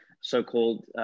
so-called